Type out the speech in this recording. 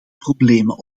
problemen